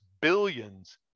billions